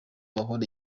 bahora